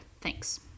Thanks